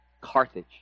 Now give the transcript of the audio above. Carthage